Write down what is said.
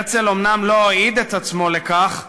הרצל אומנם לא הועיד את עצמו לכך,